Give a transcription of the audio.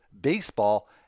BASEBALL